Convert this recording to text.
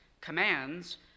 commands